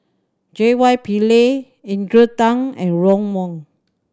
J Y Pillay Adrian Tan and Ron Wong